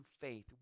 faith